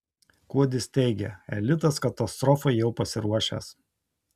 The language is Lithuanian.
kuodis teigia elitas katastrofai jau pasiruošęs